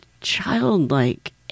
childlike